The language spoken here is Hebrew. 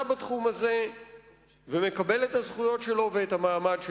בתחום הזה ומקבל את הזכויות שלו ואת המעמד שלו.